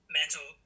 mental